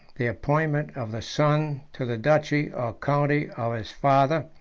the appointment of the son to the duchy or county of his father,